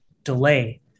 delay